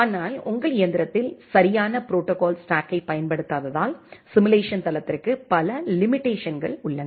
ஆனால் உங்கள் இயந்திரத்தில் சரியான ப்ரோடோகால் ஸ்டாக்கை பயன்படுத்தாததால் சிம்முலேசன் தளத்திற்கு பல லிமிடேஷன்கள் உள்ளன